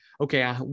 okay